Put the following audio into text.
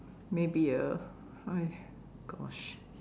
maybe a why gosh